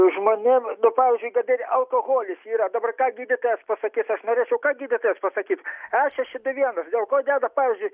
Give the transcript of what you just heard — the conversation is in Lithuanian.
žmanėm nu pavyzdžiui kad ir alkoholis yra dabar ką gydytojas pasakis aš norėčiau kad gydytojas pasakyt e šeši du vienas del ko deda pavyzdžiui